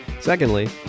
Secondly